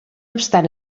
obstant